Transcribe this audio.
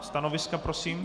Stanoviska prosím?